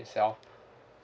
itself